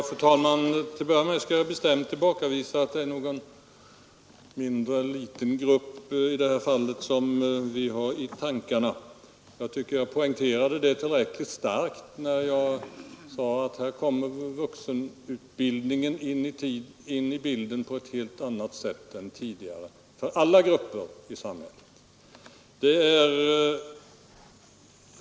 Fru talman! För det första skall jag bestämt tillbakavisa påståendet att det är någon liten grupp som vi har i tankarna i detta fall. Jag tycker att jag poängterade det tillräckligt starkt när jag sade att här kommer vuxenutbildningen in i bilden på ett helt annat sätt än tidigare för alla grupper i samhället.